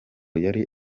yari